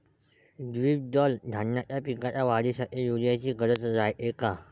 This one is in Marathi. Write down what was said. द्विदल धान्याच्या पिकाच्या वाढीसाठी यूरिया ची गरज रायते का?